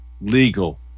legal